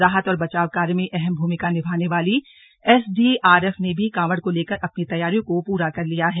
राहत और बचाव कार्य में अहम भूमिका निभाने वाली एसडीआरएफ ने भी कावड़ को लेकर अपनी तैयारियों को पूरा कर लिया है